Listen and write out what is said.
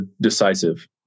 decisive